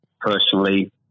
personally